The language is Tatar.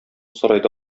сарайда